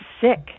sick